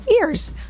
ears